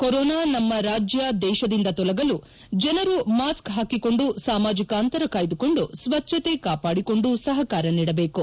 corona ನಮ್ಮ ರಾಜ್ಯ ದೇಶದಿಂದ ತೊಲಗಲು ಜನರು ಮಾಸ್ಕ್ ಹಾಕಿಕೊಂಡು ಸಾಮಾಜಿಕ ಅಂತರ ಕಾಯ್ದುಕೊಂಡು ಸ್ವಚ್ದತೆ ಕಾಪಾಡಿಕೊಂಡು ಸಹಕಾರ ನೀಡಬೇಕು